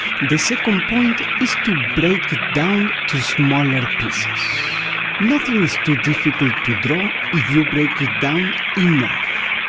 the second. point is to break it down to smaller pieces nothing is too difficult to draw if you break it down enough.